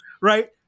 Right